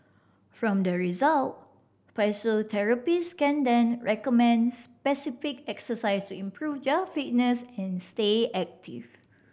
from the result physiotherapists can then recommend specific exercise to improve their fitness and stay active